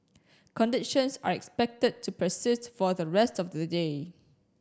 conditions are expected to persist for the rest of the day